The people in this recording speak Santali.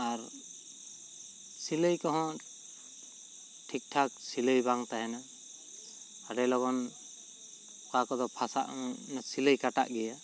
ᱟᱨ ᱥᱤᱞᱟᱹᱭ ᱠᱚᱦᱚᱸ ᱴᱷᱤᱠ ᱴᱷᱟᱠ ᱥᱤᱞᱟᱹᱭ ᱵᱟᱝ ᱛᱟᱦᱮᱱᱟ ᱟᱹᱰᱤ ᱞᱚᱜᱚᱱ ᱚᱠᱟ ᱠᱚᱫᱚ ᱯᱷᱟᱥᱟᱜ ᱥᱤᱞᱟᱹᱭ ᱠᱟᱴᱟᱜ ᱜᱮᱭᱟ